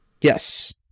Yes